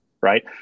right